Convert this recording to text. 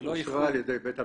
אושרה על ידי בית המשפט.